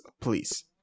please